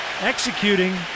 executing